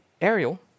Ariel